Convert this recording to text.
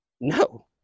No